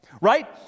Right